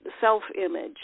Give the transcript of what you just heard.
self-image